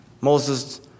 Moses